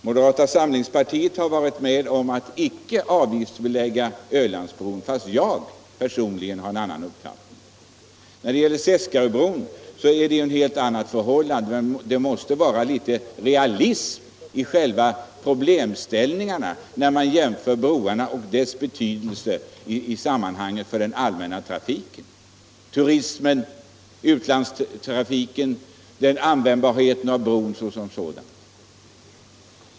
Moderata samlingspartiet har varit med om beslutet att icke avgiftsbelägga Ölandsbron, fast jag personligen har en annan uppfattning. I fråga om Seskaröbron är det ju ett helt annat förhållande. Det måste vara litet realism i själva problemställningarna, när man jämför broarna och deras betydelse för den allmänna trafiken: turismen, utlandstrafiken, användbarheten av bron såsom sådan.